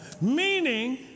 meaning